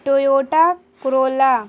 Toyota Corolla